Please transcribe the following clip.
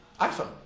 iPhone